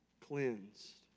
cleansed